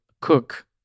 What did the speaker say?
cook